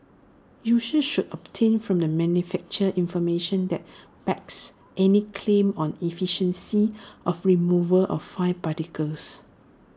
users should obtain from the manufacturer information that backs any claim on efficiency of removal of fine particles